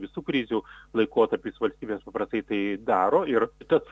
visų krizių laikotarpiais valstybės paprastai tai daro ir tad